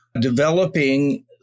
developing